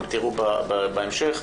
תראו בהמשך,